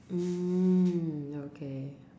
mm okay